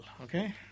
Okay